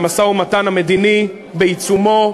המשא-ומתן המדיני בעיצומו,